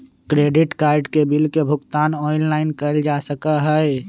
credit card के bill के भुगतान ऑनलाइन कइल जा सका हई